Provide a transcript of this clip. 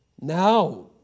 Now